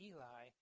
Eli